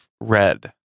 Red